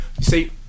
See